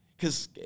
Cause